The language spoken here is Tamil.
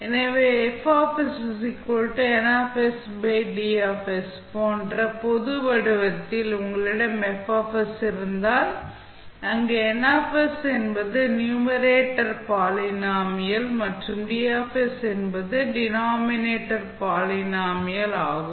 எனவே போன்ற பொது வடிவத்தில் உங்களிடம் F இருந்தால் அங்கு N என்பது நியூமரேட்டர் பாலினாமியல் மற்றும் D என்பது டினாமினேட்டர் பாலினாமியல் ஆகும்